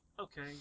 Okay